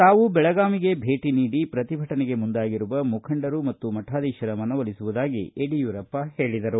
ತಾವು ಬೆಳಗಾವಿಗೆ ಭೇಟಿ ನೀಡಿ ಪ್ರತಿಭಟನೆಗೆ ಮುಂದಾಗಿರುವ ಮುಖಂಡರು ಮತ್ತು ಮಠಾಧೀಶರ ಮನವೊಲಿಸುವುದಾಗಿ ಅವರು ಹೇಳಿದರು